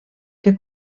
que